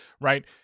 right